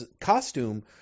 costume